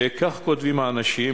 וכך כותבים האנשים,